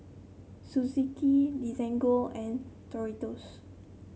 Suzuki Desigual and Doritos